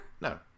No